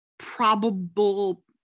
probable